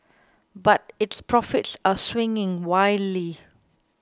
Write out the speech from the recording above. but its profits are swinging wildly